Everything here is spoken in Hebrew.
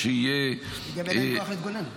שיהיה רוחבי --- גם אין להם כוח להתגונן.